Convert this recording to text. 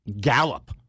gallop